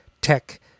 Tech